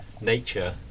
nature